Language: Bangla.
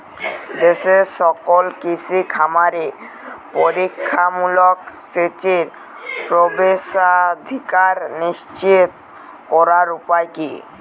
দেশের সকল কৃষি খামারে প্রতিরক্ষামূলক সেচের প্রবেশাধিকার নিশ্চিত করার উপায় কি?